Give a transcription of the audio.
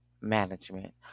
Management